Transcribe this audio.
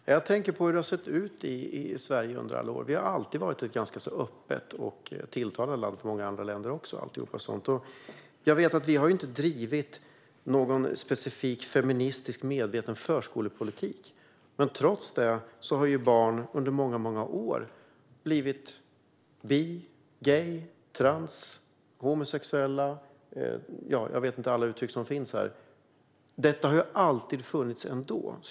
Fru talman! Jag tänker på hur det har sett ut i Sverige under alla år. Vi har alltid varit ett ganska öppet och tilltalande land, också för många andra länder, och vi har inte drivit någon specifik feministiskt medveten förskolepolitik. Trots det har barn under många år blivit bi-, trans och homosexuella - jag vet inte alla uttryck som finns här. Det har alltid funnits ändå.